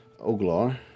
Oglar